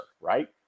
right